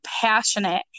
passionate